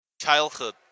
childhood